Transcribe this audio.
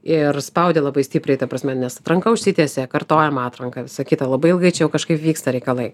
ir spaudė labai stipriai ta prasme nes atranka užsitęsė kartojam atranką visa kita labai ilgai čia jau kažkaip vyksta reikalai